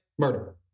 Murder